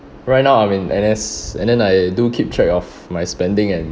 right now I'm in N_S and then I do keep track of my spending and